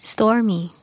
Stormy